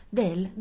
del